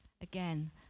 again